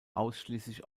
ausschließlich